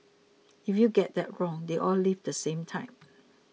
if you get that wrong they all leave at the same time